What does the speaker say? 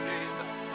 Jesus